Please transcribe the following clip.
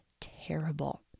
terrible